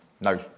No